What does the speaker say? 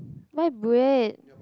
buy bread